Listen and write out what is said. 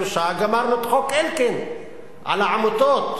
שלושה חודשים גמרנו את חוק אלקין על העמותות,